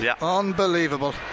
Unbelievable